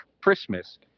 Christmas